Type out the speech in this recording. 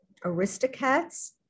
Aristocats